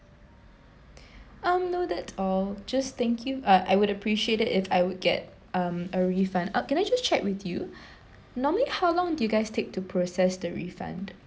um no that's all just thank you uh I would appreciate it if I would get um a refund uh can I just check with you normally how long do you guys take to process the refund